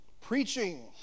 Preaching